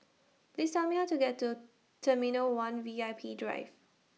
Please Tell Me How to get to Terminal one V I P Drive